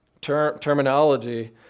terminology